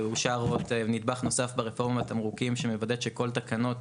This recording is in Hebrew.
אושר עוד נדבך נוסף ברפורמת התמרוקים שמוודא שכל התקנות